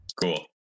Cool